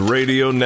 Radio